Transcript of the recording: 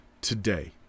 today